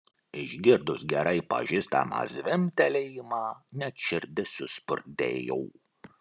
išgirdus gerai pažįstamą zvimbtelėjimą net širdis suspurdėjo